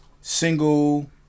Single